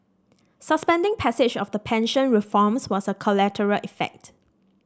suspending passage of the pension reforms was a collateral effect